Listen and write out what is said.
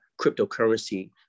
cryptocurrency